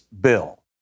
bill